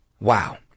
Wow